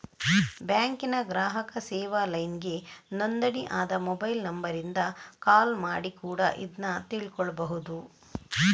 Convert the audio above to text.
ಬ್ಯಾಂಕಿನ ಗ್ರಾಹಕ ಸೇವಾ ಲೈನ್ಗೆ ನೋಂದಣಿ ಆದ ಮೊಬೈಲ್ ನಂಬರಿಂದ ಕಾಲ್ ಮಾಡಿ ಕೂಡಾ ಇದ್ನ ತಿಳ್ಕೋಬಹುದು